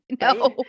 No